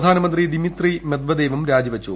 പ്രധാനമന്ത്രി ദിമിത്രി മെദ്വദേവും രാജിവച്ചു